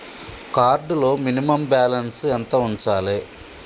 Card లో minimum balance ఎంత ఉంచాలే?